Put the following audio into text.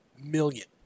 million